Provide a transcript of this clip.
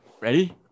ready